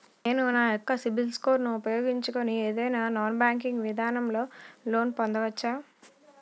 నేను నా యెక్క సిబిల్ స్కోర్ ను ఉపయోగించుకుని ఏదైనా నాన్ బ్యాంకింగ్ విధానం లొ లోన్ పొందవచ్చా?